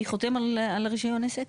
מי חותם על רישיון העסק?